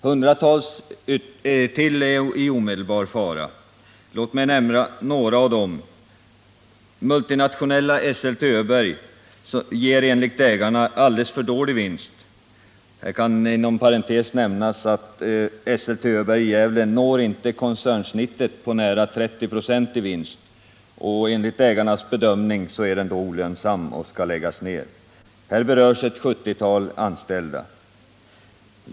Hundra = tals till är i omedelbar fara. Låt mig nämna några av dem: Multinationella Esselte Öberg i Gävle inte når koncernens snitt på nära 30-procentig vinst, och den är då enligt ägarnas bedömning olönsam och skall läggas ned. Här berörs ett 70-tal anställda.